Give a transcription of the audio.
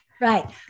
Right